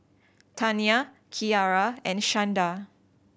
Tanya Kiarra and Shanda